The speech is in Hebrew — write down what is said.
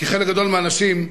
כי חלק גדול מהאנשים,